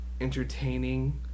entertaining